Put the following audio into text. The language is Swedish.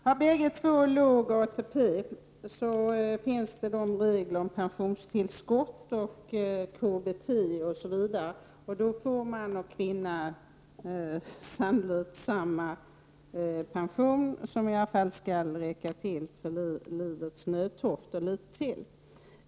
Herr talman! I de fall då bägge makarna har låg ATP tillämpas reglerna om pensionstillskott, KBT osv. Då får man och kvinna samma pension, som i alla fall skall räcka till för livets nödtorft och litet till.